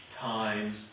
times